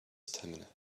stamina